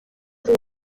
des